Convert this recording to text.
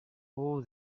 all